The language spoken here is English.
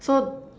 so